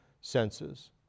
senses